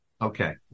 Okay